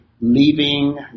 leaving